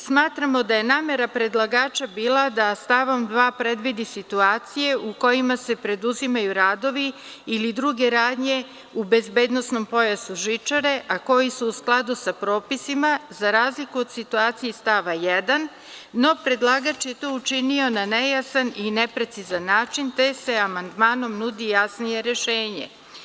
Smatramo da je namera predlagača bila da stavom 2. predvidi situacije u kojima se preduzimaju radovi i druge radnje u bezbednosnom pojasu žičare, a koji su u skladu sa propisima, za razliku od situacije iz stava 1. No, predlagač je to učinio na nejasan i neprecizan način, te se amandmanom nudi jasnije rešenje.